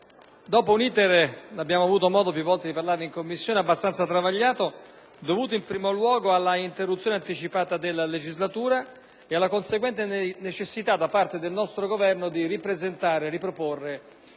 Commissione - abbastanza travagliato, in primo luogo, a causa all'interruzione anticipata della legislatura e alla conseguente necessità, da parte del nostro Governo, di ripresentare e riproporre